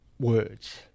words